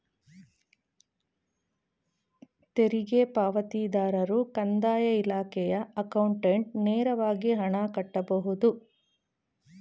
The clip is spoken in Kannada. ತೆರಿಗೆ ಪಾವತಿದಾರರು ಕಂದಾಯ ಇಲಾಖೆಯ ಅಕೌಂಟ್ಗೆ ನೇರವಾಗಿ ಹಣ ಕಟ್ಟಬಹುದು